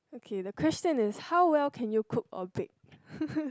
okay the question is how well can you cook or bake